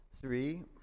Three